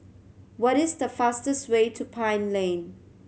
what is the fastest way to Pine Lane